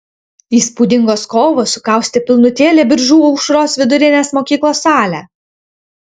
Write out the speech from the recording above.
įspūdingos kovos sukaustė pilnutėlę biržų aušros vidurinės mokyklos salę